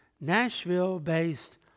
Nashville-based